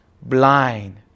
blind